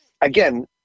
again